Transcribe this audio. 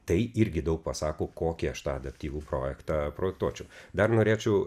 tai irgi daug pasako kokį aš tą adaptyvų projektą projektuočiau dar norėčiau